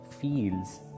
feels